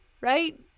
right